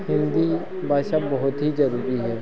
हिन्दी भाषा बहुत ही ज़रुरी है